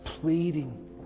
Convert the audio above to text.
pleading